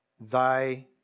Thy